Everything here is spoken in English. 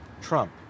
Trump